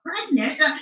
pregnant